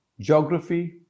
geography